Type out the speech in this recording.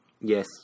yes